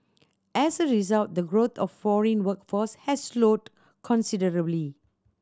as a result the growth of foreign workforce has slowed considerably